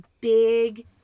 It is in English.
big